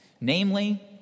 Namely